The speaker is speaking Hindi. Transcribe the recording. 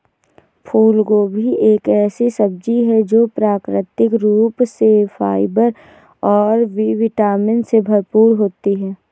फूलगोभी एक ऐसी सब्जी है जो प्राकृतिक रूप से फाइबर और बी विटामिन से भरपूर होती है